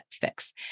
Fix